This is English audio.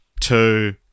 two